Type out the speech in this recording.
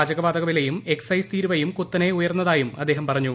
പാചകവാതക വിലയും എക്സൈസ് തീരുവയും കുത്തനേ ഉയർന്നതായും അദ്ദേഹം പറഞ്ഞു